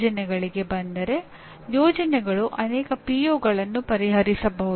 ಯೋಜನೆಗಳಿಗೆ ಬಂದರೆ ಯೋಜನೆಗಳು ಅನೇಕ ಪಿಒಗಳನ್ನು ಪರಿಹರಿಸಬಹುದು